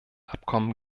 abkommen